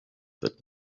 but